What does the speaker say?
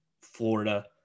Florida